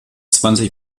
zwanzig